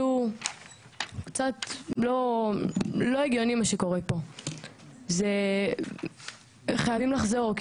זה קצת לא הגיוני מה שקורה פה, הם חייבים לחזור.